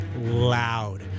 loud